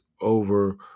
over